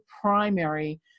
primary